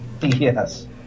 Yes